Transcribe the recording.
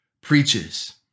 preaches